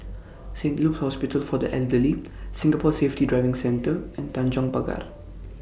Saint Luke's Hospital For The Elderly Singapore Safety Driving Centre and Tanjong Pagar